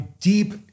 deep